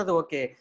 okay